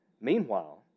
Meanwhile